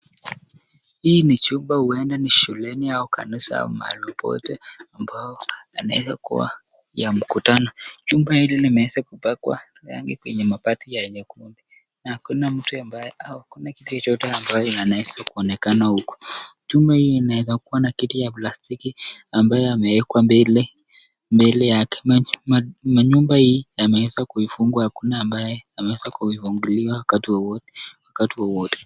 Hii ni chumba huenda ni shuleni au kanisa au mahali popote ambao inaweza kuwa ya mkutano. Chumba hili limeweza kupakwa rangi kwenye mapati ya nyekundu. Na hakuna mtu ambaye au hakuna kitu chochote ambacho inaweza kuonekana huku. Chumba hii inaweza kuwa na kiti ya plastiki ambayo yamewekwa mbele mbele yake. Manyumba hii yameweza kuifungwa hakuna ambaye ameweza kuifungua wakati wowote.